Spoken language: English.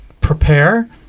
prepare